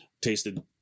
tasted